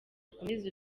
akomeze